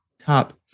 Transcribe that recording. top